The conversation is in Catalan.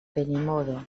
benimodo